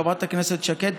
חברת הכנסת שקד,